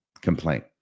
complaint